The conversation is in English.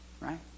Right